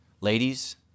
Ladies